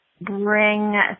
Bring